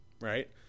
right